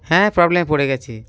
হ্যাঁ প্রবলেমে পড়ে গিয়েছি